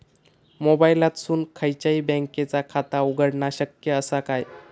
मोबाईलातसून खयच्याई बँकेचा खाता उघडणा शक्य असा काय?